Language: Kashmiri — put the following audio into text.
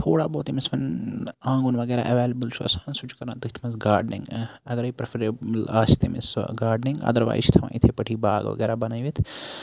تھوڑا بہت ییٚمِس وۅنۍ آنٛگُن وغیرہ ایویلیبٔل چھُ آسان سُہ چھُ کران تٔتھۍ منٛز گاڈنِٛگ اَگرٕے پریفریبٔل آسہِ تٔمِس سۄ گاڈنِٛگ اَدر وایز چھِ تھاوان یِتھٕے پٲٹھِۍ باغ وغیرہ بَنٲوِتھ